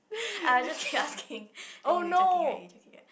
I'll just keep asking anyway joking you joking right you joking right